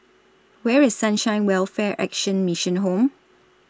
Where IS Sunshine Welfare Action Mission Home